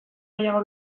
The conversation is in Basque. gehiago